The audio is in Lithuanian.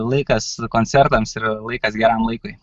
laikas koncertams ir laikas geram laikui